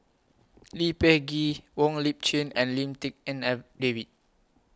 Lee Peh Gee Wong Lip Chin and Lim Tik En David